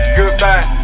goodbye